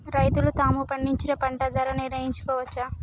రైతులు తాము పండించిన పంట ధర నిర్ణయించుకోవచ్చా?